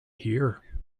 here